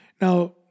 Now